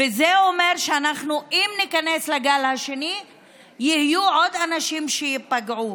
וזה אומר שאם ניכנס לגל השני יהיו עוד אנשים שייפגעו.